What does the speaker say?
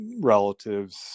relatives